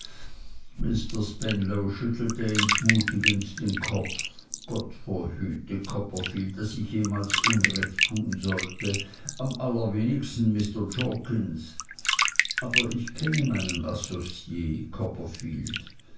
mr spenlow schüttelte entmutigend den kopf gott verhüte copperfield daß ich jemand unrecht tun sollte am allerwenigsten mr jorkins aber ich kenne meinen associe copperfield